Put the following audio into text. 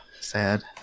Sad